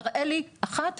תראי לי אחת.